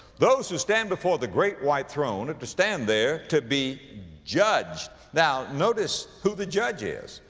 those who stand before the great white throne are to stand there to be judged. now, notice who the judge is.